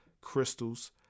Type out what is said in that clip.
crystals